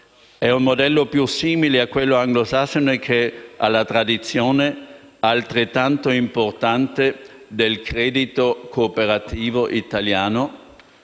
È un modello più simile a quello anglosassone che alla tradizione, altrettanto importante, del credito cooperativo italiano.